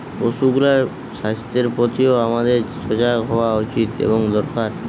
পশুগুলার স্বাস্থ্যের প্রতিও আমাদের সজাগ হওয়া উচিত এবং দরকার